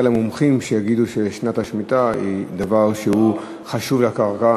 למומחים שיגידו ששנת השמיטה היא דבר חשוב לקרקע